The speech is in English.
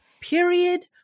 Period